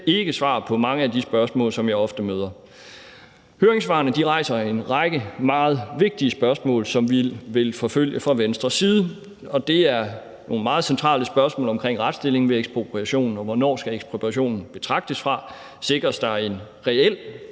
selv svar på mange af de spørgsmål, som jeg ofte møder. Høringssvarene rejser en række meget vigtige spørgsmål, som vi fra Venstres side vil forfølge, og det er nogle meget centrale spørgsmål omkring retsstilling ved ekspropriation, i forhold til hvornår en ekspropriation skal betragtes at gælde fra;